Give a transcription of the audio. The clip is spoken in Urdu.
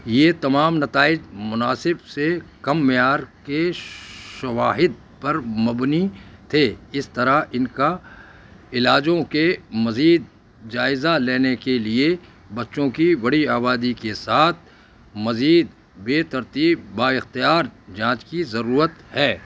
یہ تمام نتائج مناسب سے کم معیار کے شواہد پر مبنی تھے اس طرح ان کا علاجوں کے مزید جائزہ لینے کے لیے بچوں کی بڑی آبادی کے ساتھ مزید بے ترتیب با اختیار جانچ کی ضرورت ہے